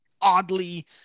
oddly